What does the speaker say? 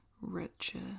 Richer